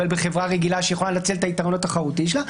בחברה רגילה שיכולה לנצל את היתרון התחרותי שלה.